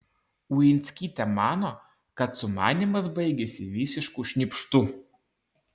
uinskytė mano kad sumanymas baigėsi visišku šnypštu